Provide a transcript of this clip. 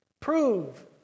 Prove